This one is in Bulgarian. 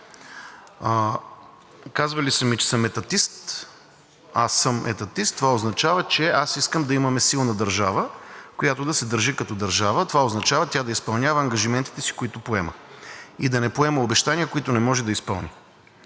Казвали са ми, че съм етатист. Аз съм етатист. Това означава, че искам да имаме силна държава, която да се държи като държава. Това означава тя да изпълнява ангажиментите си, които поема. Да не поема обещания, които не може да изпълни.